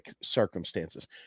circumstances